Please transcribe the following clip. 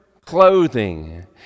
clothing